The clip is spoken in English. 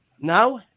Now